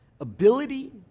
ability